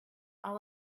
all